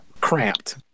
cramped